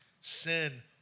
Sin